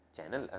Channel